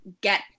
get